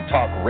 Talk